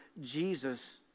Jesus